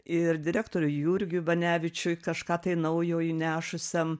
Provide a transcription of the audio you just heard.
ir direktoriui jurgiui banevičiui kažką tai naujo įnešusiam